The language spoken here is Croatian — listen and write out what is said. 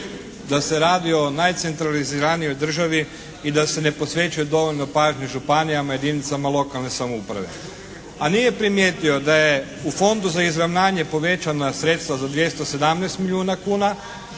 da se radi o najcentraliziranijoj državi i da se ne posvećuje dovoljno pažnje županijama i jedinicama lokalne samouprave. A nije primijetio da je u Fondu za izravnanje povećana sredstva za 217 milijuna kuna